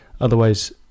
otherwise